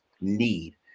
need